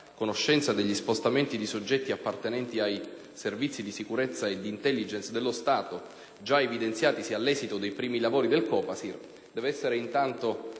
conoscenza degli spostamenti dei soggetti appartenenti ai Servizi di sicurezza e di *intelligence* dello Stato, già evidenziatisi all'esito dei primi lavori del COPASIR, deve essere intanto